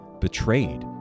betrayed